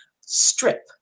Strip